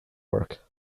work